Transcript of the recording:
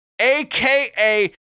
aka